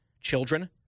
children